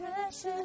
Precious